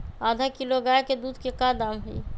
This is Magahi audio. आधा किलो गाय के दूध के का दाम होई?